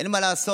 אין מה לעשות,